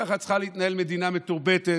ככה צריכה להתנהל מדינה מתורבתת,